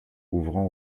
ouvrant